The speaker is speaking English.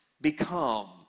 become